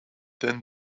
then